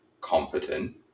competent